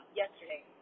yesterday